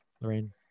Lorraine